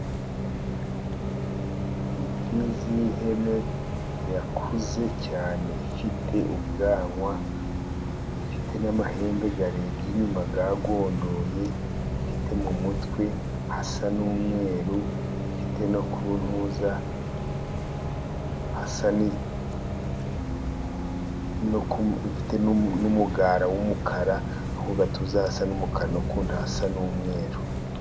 Imfizi y'ihene yakuze cyane ifite ubwanwa. Ifite amahembe arebye inyuma yigondoye, ifite mu mutwe hasa n'umweru, ifite umugara w'umukara , mugatuza hasa n'umukara , no kunda hasa n'umweru.